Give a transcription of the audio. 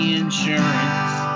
insurance